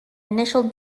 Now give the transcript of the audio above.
initial